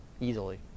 easily